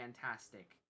fantastic